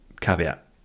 Caveat